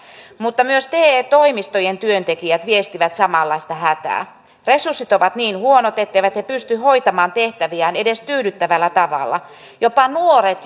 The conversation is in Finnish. mutta myös te toimistojen työntekijät viestivät samanlaista hätää resurssit ovat niin huonot etteivät he pysty hoitamaan tehtäviään edes tyydyttävällä tavalla jopa nuoret